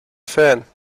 fan